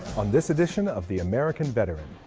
on this edition of the american veteran